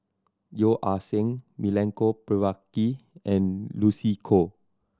Yeo Ah Seng Milenko Prvacki and Lucy Koh